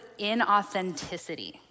inauthenticity